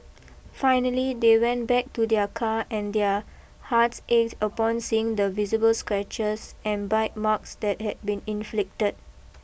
finally they went back to their car and their hearts ached upon seeing the visible scratches and bite marks that had been inflicted